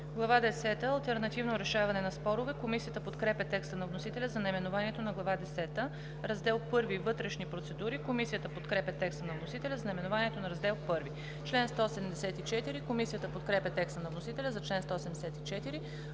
десета – Алтернативно разрешаване на спорове“. Комисията подкрепя текста на вносителя за наименованието на Глава десета. „Раздел I – Вътрешни процедури“. Комисията подкрепа текста на вносителя за наименованието на Раздел I. Комисията подкрепя текста на вносителя за чл. 174.